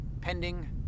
pending